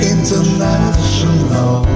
International